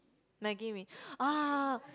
maggi mee ah